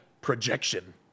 Projection